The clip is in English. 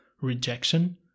Rejection